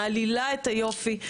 מהללת את היופי,